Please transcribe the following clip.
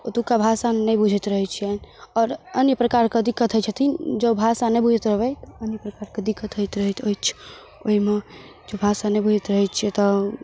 ओतुका भाषा नहि बुझैत रहय छिअनि आओर अन्य प्रकारके दिक्कत होइ छथिन जे भाषा नहि बुझैत रहबय अनेक प्रकारके दिक्कत होइत रहैत अछि